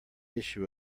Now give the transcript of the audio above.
issue